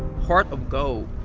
heart of gold,